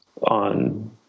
on